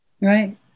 Right